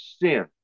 sin